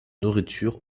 nourriture